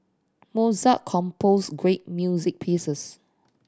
Mozart composed great music pieces